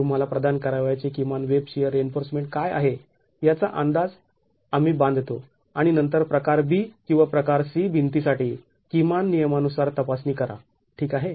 तुम्हाला प्रदान करावयाची किमान वेब शिअर रिइन्फोर्समेंट काय आहे याचा आम्ही अंदाज बांधतो आणि नंतर प्रकार B किंवा प्रकार C भिंती साठी किमान नियमांनुसार तपासणी करा ठीक आहे